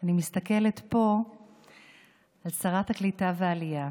אני מסתכלת פה על שרת הקליטה והעלייה,